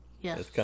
Yes